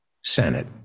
Senate